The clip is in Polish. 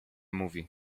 mówi